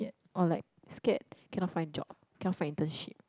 or like scared cannot find job cannot find internship